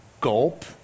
gulp